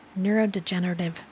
neurodegenerative